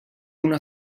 una